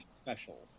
special